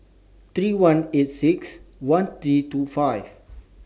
three one eight six one three two five